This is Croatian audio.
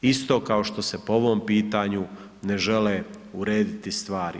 Isto kao što se po ovom pitanju ne žele urediti stvari.